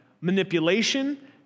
manipulation